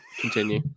Continue